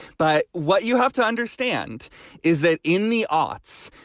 but what you have to understand is that in the arts,